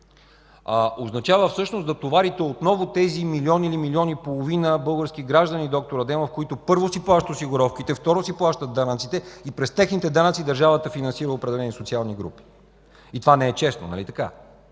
означава да товарите отново тези милион или милион и половина български граждани, доктор Адемов, които, първо, си плащат осигуровките, второ, си плащат данъците и през техните данъци държавата финансира определени социални групи. Това не е честно, нали така?!